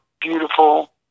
beautiful